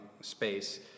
space